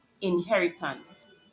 inheritance